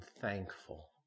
thankful